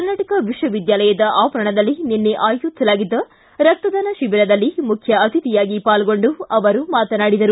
ಕರ್ನಾಟಕ ವಿಶ್ವವಿದ್ಯಾಲಯದ ಆವರಣದಲ್ಲಿ ನಿನ್ನೆ ಆಯೋಜಿಸಲಾಗಿದ್ದ ರಕ್ತದಾನ ಶಿಬಿರದಲ್ಲಿ ಮುಖ್ಯ ಅತಿಥಿಯಾಗಿ ಪಾಲ್ಗೊಂಡು ಅವರು ಮಾತನಾಡಿದರು